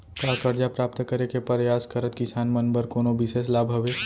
का करजा प्राप्त करे के परयास करत किसान मन बर कोनो बिशेष लाभ हवे?